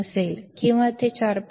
702 किंवा ते 4